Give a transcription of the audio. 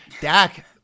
Dak